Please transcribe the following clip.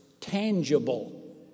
tangible